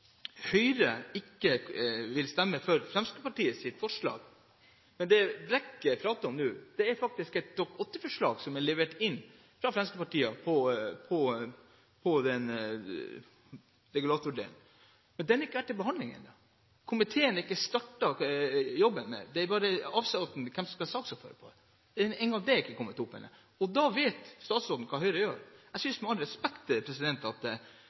Høyre ikke vil stemme for Fremskrittspartiets forslag. Men det Brekk prater om, er et Dokument 8-forslag som er innlevert fra Fremskrittspartiet, og som handler om regulatorrollen. Men forslaget har ikke vært til behandling ennå. Komiteen har ikke startet jobben med det. Ikke engang hvem som skal være saksordfører, har kommet opp ennå. Og så vet statsråden hva Høyre vil gjøre! Jeg synes – med all respekt – at